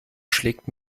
schlägt